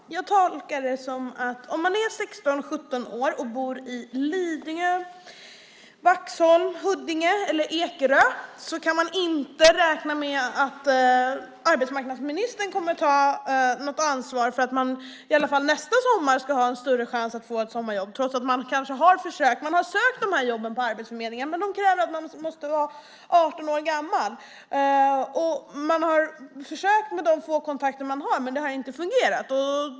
Fru talman! Jag tolkar det som att man, om man är 16-17 år och bor i Lidingö, Vaxholm, Huddinge eller Ekerö, inte kan räkna med att arbetsmarknadsministern kommer att ta något ansvar för att man åtminstone nästa sommar ska ha en större chans att få ett sommarjobb. Man har kanske försökt. Man har sökt de här jobben på Arbetsförmedlingen, men de kräver att man måste vara 18 år gammal. Man har försökt med de få kontakter man har, men det har inte fungerat.